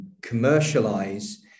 commercialize